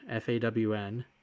FAWN